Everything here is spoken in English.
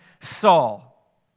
Saul